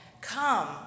Come